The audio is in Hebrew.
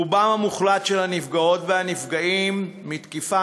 רובם המוחלט של הנפגעות והנפגעים מתקיפה